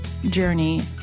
journey